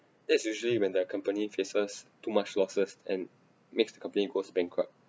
that's usually when that company faces too much losses and makes the company goes bankrupt